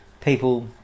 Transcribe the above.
people